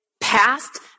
past